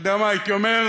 אתה יודע מה הייתי אומר?